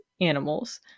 animals